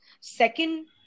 Second